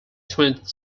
twentieth